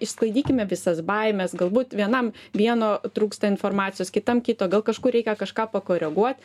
išsklaidykime visas baimes galbūt vienam vieno trūksta informacijos kitam kito gal kažkur reikia kažką pakoreguot